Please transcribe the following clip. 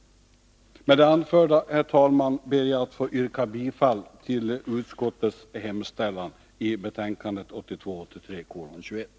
Med det anförda, herr talman, ber jag att få yrka bifall till utskottets hemställan i betänkandet 1982/83:21.